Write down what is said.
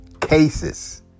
cases